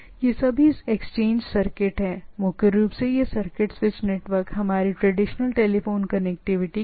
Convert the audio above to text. हमारे सभी एक्सचेंज वगैरह सर्किट हैं मुख्य रूप से सर्किट स्विच्ड नेटवर्क का मतलब है यह हमारी ट्रेडिशनल टेलीफोन कनेक्टिविटी